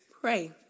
Pray